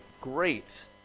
great